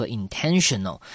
intentional